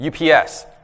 UPS